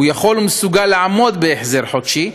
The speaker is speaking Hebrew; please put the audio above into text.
הוא יכול ומסוגל לעמוד בהחזר החודשי,